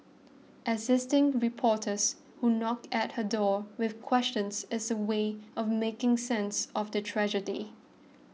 assisting reporters who knock at her door with questions is her way of making sense of the tragedy